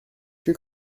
que